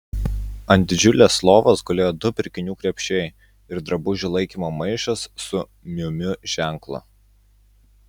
ant didžiulės lovos gulėjo du pirkinių krepšiai ir drabužių laikymo maišas su miu miu ženklu